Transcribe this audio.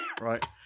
Right